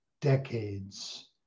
decades